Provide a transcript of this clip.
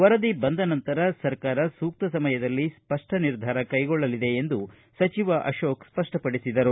ವರದಿ ಬಂದ ನಂತರ ಸರ್ಕಾರ ಸೂಕ್ತ ಸಮಯದಲ್ಲಿ ಸ್ಪಷ್ಟ ನಿರ್ಧಾರ ಕೈಗೊಳ್ಳಲಿದೆ ಎಂದು ಸಚಿವ ಅಶೋಕ ಸ್ಪಷ್ಟಪಡಿಸಿದರು